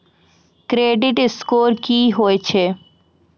Credit score की होय छै?